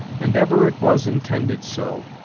and ever it was intended so,